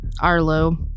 Arlo